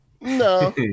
No